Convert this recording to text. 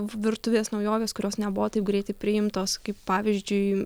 virtuvės naujovės kurios nebuvo taip greitai priimtos kaip pavyzdžiui